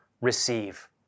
receive